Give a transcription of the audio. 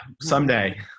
Someday